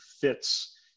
fits